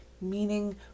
meaning